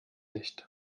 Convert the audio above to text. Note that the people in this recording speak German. nicht